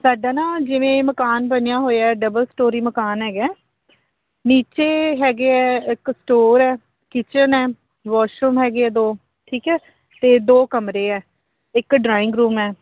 ਸਾਡਾ ਨਾ ਜਿਵੇਂ ਮਕਾਨ ਬਣਿਆ ਹੋਇਆ ਡਬਲ ਸਟੋਰੀ ਮਕਾਨ ਹੈਗਾ ਹੈ ਨੀਚੇ ਹੈਗੇ ਹੈ ਇੱਕ ਸਟੋਰ ਹੈ ਕਿਚਨ ਹੈ ਵੋਸ਼ਰੂਮ ਹੈਗੇ ਹੈ ਦੋ ਠੀਕ ਹੈ ਅਤੇ ਦੋ ਕਮਰੇ ਇੱਕ ਡਰਾਇੰਗ ਰੂਮ ਹੈ